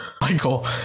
Michael